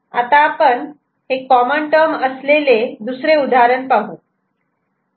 आता आपण हे कॉमन टर्म असलेले दुसरे उदाहरण पाहू